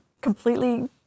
completely